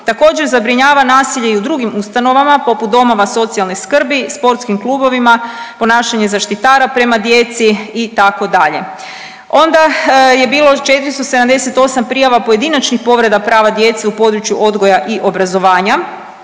Također zabrinjava nasilje i u drugim ustanovama, poput domova socijalne skrbi, sportskim klubovima, ponašanje zaštitara prema djeci itd. Onda je bilo 478 prijava pojedinačnih povreda prava djece u području odgoja i obrazovanja.